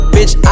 Bitch